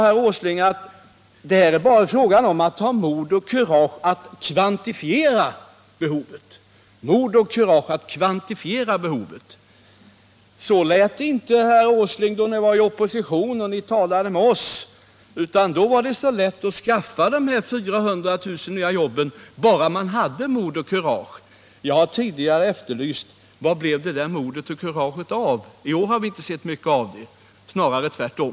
Herr Åsling sade att det är bara fråga om att ha mod och kurage att ”kvantifiera behovet”. Så lät det inte, herr Åsling, då ni var i opposition och talade med oss. Då var det så lätt att skaffa de här 400 000 nya jobben bara man hade mod och kurage. Vart tog det där kuraget vägen? Jag har tidigare i år efterlyst det. I år har vi inte sett mycket av det, snarare tvärtom.